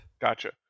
Gotcha